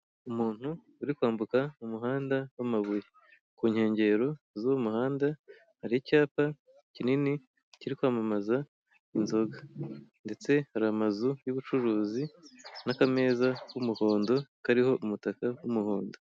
Umuntu uri kwambuka umuhanda w'amabuye ku nkengero z'uwo muhanda hari icyapa kinini kiri kwamamaza inzoga ndetse hari amazu y'ubucuruzi n'akameza k'umuhondo kariho umutaka w'umuhondo.